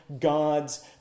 God's